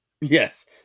Yes